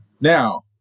Now